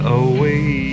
away